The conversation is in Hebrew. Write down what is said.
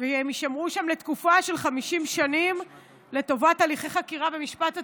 והן יישמרו שם לתקופה של 50 שנים לטובת הליכי חקירה ומשפט עתידיים.